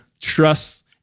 trust